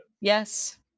Yes